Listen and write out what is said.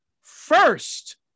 first